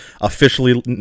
officially